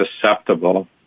susceptible